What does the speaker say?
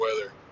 weather